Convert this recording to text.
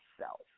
self